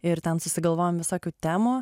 ir ten susigalvojam visokių temų